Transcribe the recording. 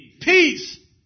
Peace